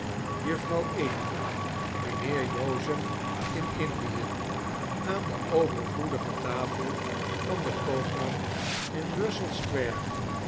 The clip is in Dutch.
juffrouw emmy mijnheer joseph in indie aan de overvloedige tafel van den koopman in russell square